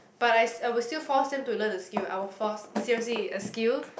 but I I will still force him to learn the skill I will force seriously as skill